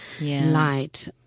light